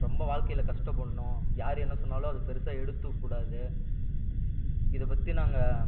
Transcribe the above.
ரொம்ப வாழ்க்கையில் கஷ்டப்படணும் யார் என்ன சொன்னாலும் அதை பெருசாக எடுத்துக்கூடாது இதை பற்றி நாங்கள்